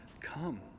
come